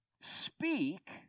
speak